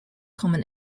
common